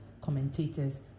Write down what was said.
commentators